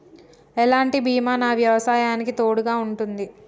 ఎలాంటి బీమా నా వ్యవసాయానికి తోడుగా ఉంటుంది?